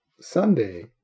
Sunday